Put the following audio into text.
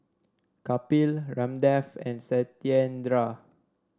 Kapil Ramdev and Satyendra